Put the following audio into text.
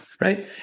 right